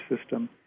system